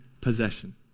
possession